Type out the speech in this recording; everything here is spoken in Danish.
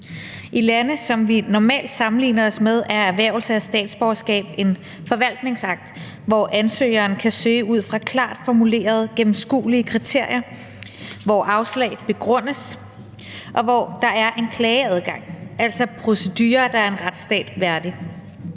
I lande, som vi normalt sammenligner os med, er erhvervelse af statsborgerskab en forvaltningsakt, hvor ansøgeren kan søge ud fra klart formulerede og gennemskuelige kriterier, hvor afslag begrundes, og hvor der er en klageadgang, altså procedurer, der er en retsstat værdig.